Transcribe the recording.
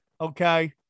okay